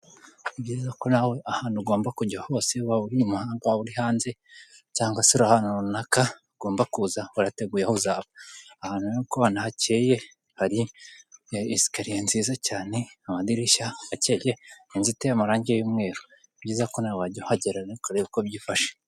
Ni byiza ko nawe ahantu ugomba kujya hose waba uri mahanga uri hanze cyangwa se ahantu runaka ugomba kuza warateguye aho uzaba, ahantu rero nk'uko ubibona hakeye hari esikariye nziza cyane, amadirishya akeye, inzu iteye amarangi y'umweru ni ibyiza ko nawe wajya uhagera ukarebe uko byifashe.